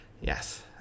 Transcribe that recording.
Yes